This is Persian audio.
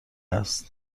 است